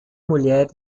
mulher